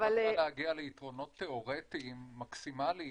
לא רוצה להגיע ליתרונות תיאורטיים מקסימליים,